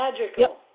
Magical